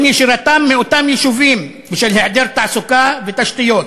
ונשירתם מאותם יישובים בשל היעדר תעסוקה ותשתיות